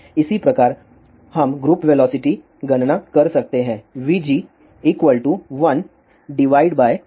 इसी प्रकार हम ग्रुप वेलोसिटी गणना कर सकते हैं vg1∂β∂ω